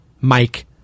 Mike